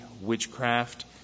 witchcraft